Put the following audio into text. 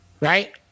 Right